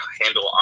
handle